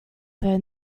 phone